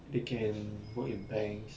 they can work in banks